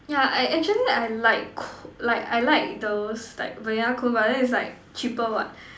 ya I actually I like c~ like I like those like vanilla cone but then its like cheaper what